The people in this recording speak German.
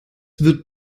wird